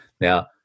Now